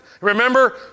Remember